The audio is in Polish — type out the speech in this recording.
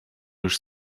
już